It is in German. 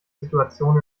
situation